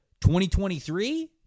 2023